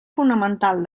fonamental